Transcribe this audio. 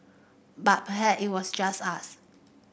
but perhaps it was just us